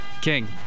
King